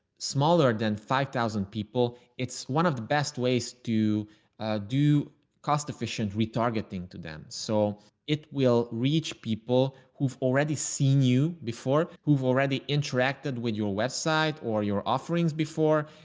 smaller than five thousand people, it's one of the best ways to do do cost efficient retargeting to them. so it will reach people who've already seen you before, who've already interacted with your web site or your offerings before.